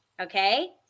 Okay